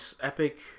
epic